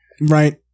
Right